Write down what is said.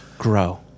grow